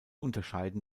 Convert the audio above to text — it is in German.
unterscheiden